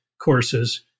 courses